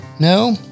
No